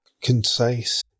concise